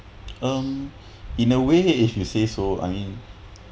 um in a way if you say so I mean